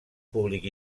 públic